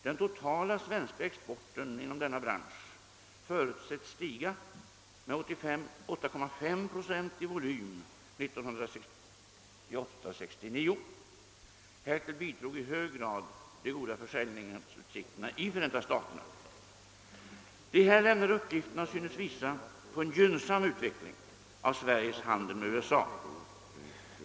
Den totala svenska exporten inom denna bransch förutses stiga med 8,5 procent i volym 1968—1969. Härtill bi drar i hög grad de goda försäljningsutsikterna i Förenta staterna. De här lämnade uppgifterna synes visa på en gynnsam utveckling av Sveriges handel med USA.